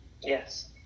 Yes